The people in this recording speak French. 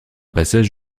passage